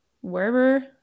wherever